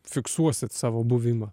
fiksuosit savo buvimą